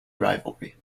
rivalry